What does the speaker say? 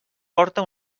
porta